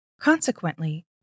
Consequently